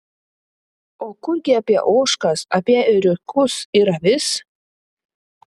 o kurgi apie ožkas apie ėriukus ir avis